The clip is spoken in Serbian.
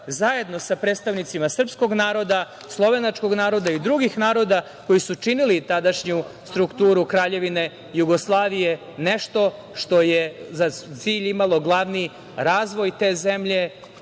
zajedno sa predstavnicima srpskog naroda, slovenačkog naroda i drugih naroda koji su činili tadašnju strukturu Kraljevine Jugoslavije, nešto što je za glavni cilj imalo razvoj te zemlje,